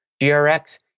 GRX